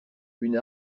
une